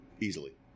Easily